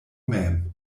mem